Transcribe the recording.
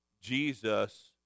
Jesus